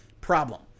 problem